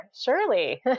surely